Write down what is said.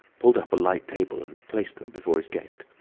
pulled up a light table, and placed them before his guest.